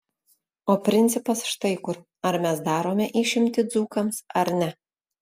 o principas štai kur ar mes darome išimtį dzūkams ar ne